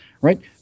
right